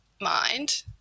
mind